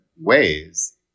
ways